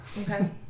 okay